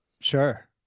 Sure